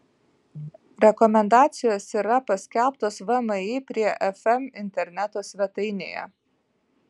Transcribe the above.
rekomendacijos yra paskelbtos vmi prie fm interneto svetainėje